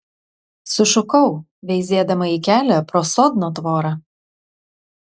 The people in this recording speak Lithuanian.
sušukau veizėdama į kelią pro sodno tvorą